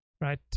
right